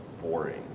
boring